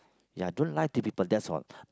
ya don't lie to people that's all